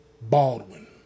Baldwin